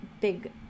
big